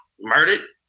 murdered